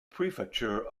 prefecture